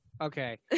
Okay